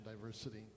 diversity